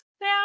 now